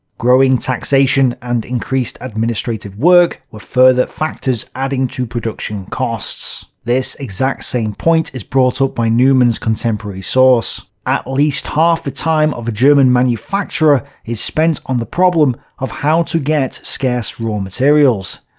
growing taxation and increased administrative work were further factors adding to production costs. this exact same point is also brought up by neumann's contemporary source. at least half the time of a german manufacturer is spent on the problem of how to get scarce raw materials.